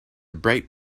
bright